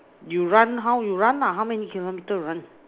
you run how you run lah how many kilometre you run